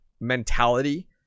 mentality